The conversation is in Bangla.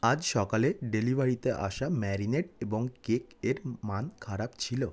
আজ সকালে ডেলিভারিতে আসা ম্যারিনেড এবং কেক এর মান খারাপ ছিল